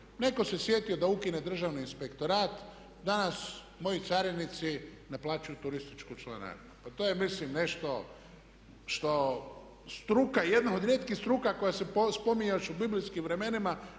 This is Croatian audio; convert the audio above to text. netko se sjetio da ukine državni inspektorat. Danas moji carinici ne plaćaju turističku članarinu. Pa to je mislim nešto što struka, jedna od rijetkih struka koja se spominje još u biblijskim vremenima